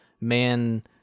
man